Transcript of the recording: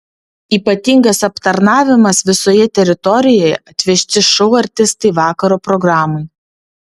ypatingas aptarnavimas visoje teritorijoje atvežti šou artistai vakaro programai